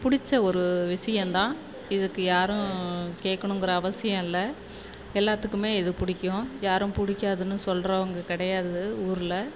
பிடிச்ச ஒரு விஷயந்தான் இதுக்கு யாரும் கேட்கணுங்கிற அவசியம் இல்லை எல்லாத்துக்குமே இது பிடிக்கும் யாரும் பிடிக்காதுன்னு சொல்கிறவங்க கிடையாது ஊரில்